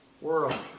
world